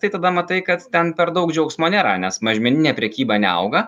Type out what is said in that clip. tai tada matai kad ten per daug džiaugsmo nėra nes mažmeninė prekyba neauga